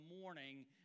morning